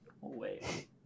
Wait